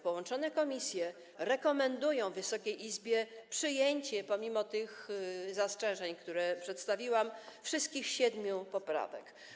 Połączone komisje rekomendują Wysokiej Izbie przyjęcie, pomimo tych zastrzeżeń, które przedstawiłam, wszystkich siedmiu poprawek.